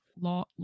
law